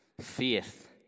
Faith